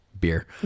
beer